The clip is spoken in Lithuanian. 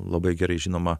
labai gerai žinoma